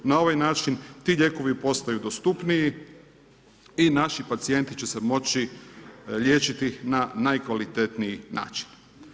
Na ovaj način ti lijekovi postaju dostupniji i naši pacijenti će se moći liječiti na najkvalitetniji način.